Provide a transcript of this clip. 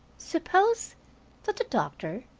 suppose that the doctor,